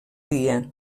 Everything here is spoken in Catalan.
dia